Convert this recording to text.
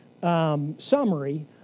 summary